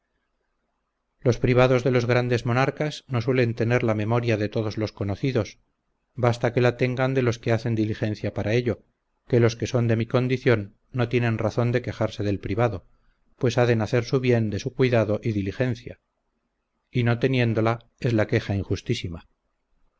los privados de los grandes monarcas no pueden tener la memoria de todos los conocidos basta que la tengan de los que hacen diligencia para ello que los que son de mi condición no tienen razón de quejarse del privado pues ha de nacer su bien de su cuidado y diligencia y no teniéndola es la queja injustísima